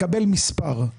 מקבל מספר.